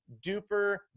duper